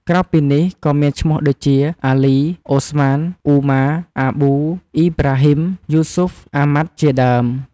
ក្រៅពីនេះ ក៏មានឈ្មោះដូចជា អាលី , អូស្មាន , អ៊ូម៉ារ , អាប៊ូ , អ៊ីប្រាហ៊ីម , យូស៊ុហ្វ , អាហ្មាត់ ជាដើម។